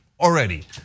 already